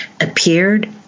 appeared